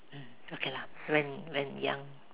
mm okay lah when when young